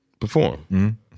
Perform